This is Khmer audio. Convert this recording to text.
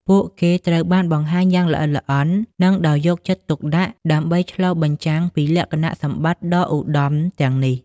ពួកគេត្រូវបានបង្ហាញយ៉ាងល្អិតល្អន់ និងដោយយកចិត្តទុកដាក់ ដើម្បីឆ្លុះបញ្ចាំងពីលក្ខណៈសម្បត្តិដ៏ឧត្តមទាំងនេះ។